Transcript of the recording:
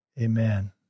Amen